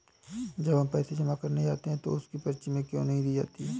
जब हम पैसे जमा करने जाते हैं तो उसकी पर्ची हमें क्यो नहीं दी जाती है?